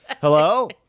hello